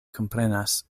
komprenas